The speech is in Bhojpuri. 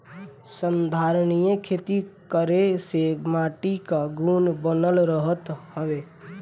संधारनीय खेती करे से माटी कअ गुण बनल रहत हवे